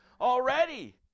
already